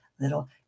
little